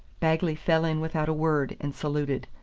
bagley fell in without a word, and saluted.